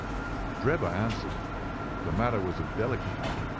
drebber answered that the matter was a delicate one,